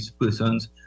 persons